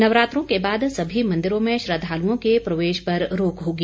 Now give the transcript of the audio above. नवरात्रों के बाद सभी मंदिरों में श्रद्धालुओं के प्रवेश पर रोक होगी